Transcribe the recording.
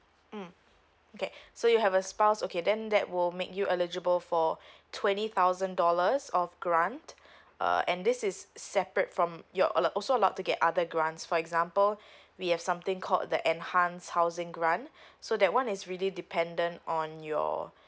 um okay so you have a spouse okay then that will make you eligible for twenty thousand dollars of grant uh and this is separate from your uh also allowed to get other grants for example we have something called the enhance housing grant so that one is really dependent on your